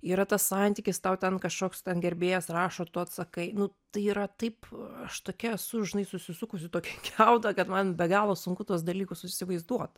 yra tas santykis tau ten kašoks gerbėjas rašo tu atsakai nu tai yra taip aš tokia esu žinai susisukus į tokį kiautą kad man be galo sunku tuos dalykus įsivaizduot